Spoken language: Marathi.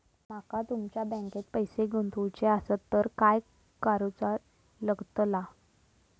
माका तुमच्या बँकेत पैसे गुंतवूचे आसत तर काय कारुचा लगतला?